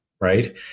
right